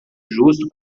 justo